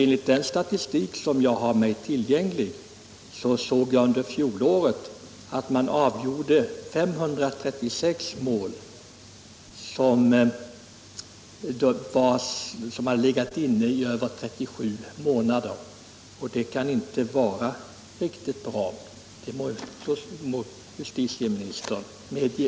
Enligt den statistik som jag har tillgänglig avgjordes under fjolåret 536 mål, som hade legat och väntat i över 37 månader. Detta kan inte vara riktigt bra, det måste justitieministern medge.